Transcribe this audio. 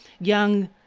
young